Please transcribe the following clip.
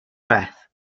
path